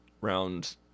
Round